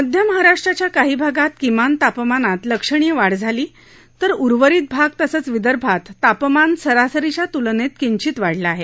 मध्य महाराष्ट्राच्या काही भागात किमान तापमानात लक्षणीय वाढ झाली तर उर्वरित भाग तसंच विदर्भात तापमान सरासरीच्या तुलनेत किचित वाढले आहे